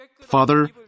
Father